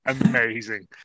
amazing